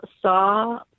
saw